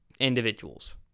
individuals